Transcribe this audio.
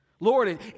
Lord